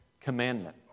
commandment